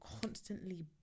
constantly